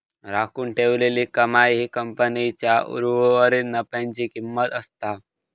राखून ठेवलेली कमाई ही कंपनीच्या उर्वरीत नफ्याची किंमत असता